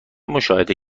مشاهده